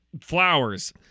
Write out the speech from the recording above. flowers